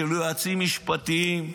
של יועצים משפטיים,